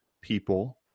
people